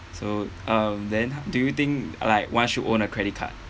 so um then do you think like one should own a credit card